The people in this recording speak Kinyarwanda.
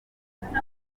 kunywa